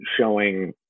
showing